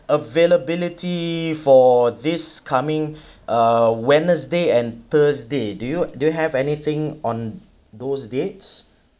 availability for this coming uh wednesday and thursday do you do you have anything on those dates